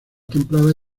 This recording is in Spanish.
templadas